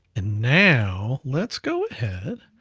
and now let's go ahead.